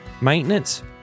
maintenance